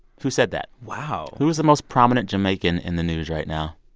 who said that? wow who is the most prominent jamaican in the news right now.